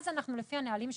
לפי הנהלים שלנו,